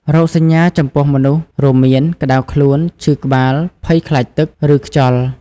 រោគសញ្ញាចំពោះមនុស្សរួមមាន ក្តៅខ្លួន ឈឺក្បាល ភ័យខ្លាចទឹក ឬខ្យល់។